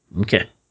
Okay